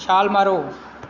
ਛਾਲ ਮਾਰੋ